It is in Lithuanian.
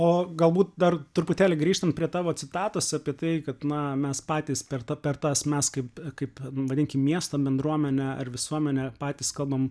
o galbūt dar truputėlį grįžtant prie tavo citatos apie tai kad na mes patys per tą per tas mes kaip kaip vadinkim miesto bendruomenė ar visuomenė patys kalbam